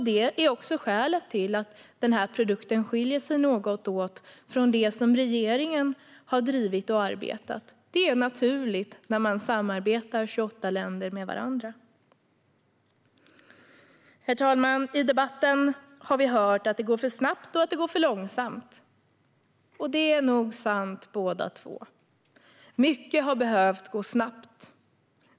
Det är också skälet till att den här produkten skiljer sig något åt från det som regeringen har drivit och arbetat för. Det är naturligt när 28 länder samarbetar med varandra. Herr talman! I debatten har vi hört att det går för snabbt och att det går för långsamt, och det är nog sant båda två. Mycket har behövt gå snabbt.